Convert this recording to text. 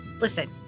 Listen